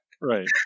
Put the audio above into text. Right